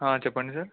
చెప్పండి సార్